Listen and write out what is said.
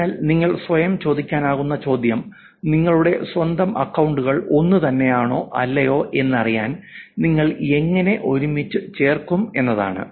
അതിനാൽ നിങ്ങൾക്ക് സ്വയം ചോദിക്കാനാകുന്ന ചോദ്യം നിങ്ങളുടെ സ്വന്തം അക്കൌണ്ടുകൾ ഒന്നുതന്നെയാണോ അല്ലയോ എന്നറിയാൻ നിങ്ങൾ എങ്ങനെ ഒരുമിച്ച് ചേർക്കും എന്നതാണ്